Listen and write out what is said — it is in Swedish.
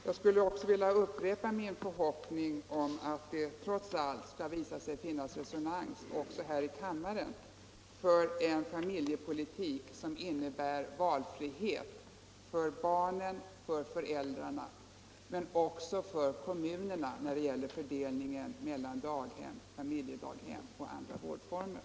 Jag skulle också vilja upprepa min förhoppning om att det trots allt skall visa sig finnas resonans också här i kammaren för en familjepolitik som innebär valfrihet inte bara för barnen och för föräldrarna utan också för kommunerna när det gäller fördelningen mellan daghem, familjedaghem och andra vårdformer.